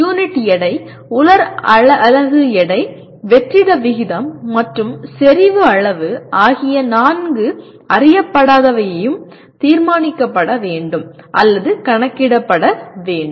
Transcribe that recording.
unit எடை உலர் அலகு எடை வெற்றிட விகிதம் மற்றும் செறிவு அளவு ஆகிய நான்கு அறியப்படாதவையும் தீர்மானிக்கப்பட வேண்டும் அல்லது கணக்கிடப்பட வேண்டும்